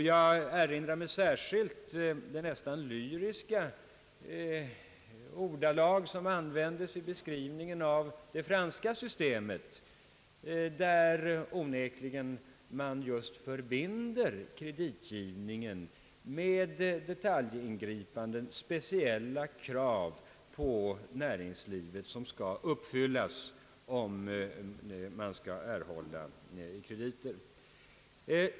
Jag erinrar mig särskilt de nästan lyriska ordalag som användes vid beskrivningen av det franska systemet, där man onekligen just förbinder kreditgivningen med detaljingripanden och speciella krav på näringslivet som skall uppfyllas om det skall erhålla krediter.